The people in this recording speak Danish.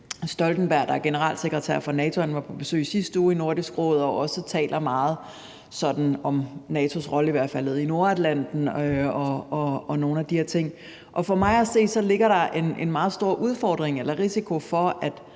Stoltenberg, der er generalsekretær for NATO og var på besøg i sidste uge i Nordisk Råd, også talte meget om NATO's rolle, i hvert fald i Nordatlanten, og nogle af de her ting. Og for mig at se ligger der en meget stor risiko for, at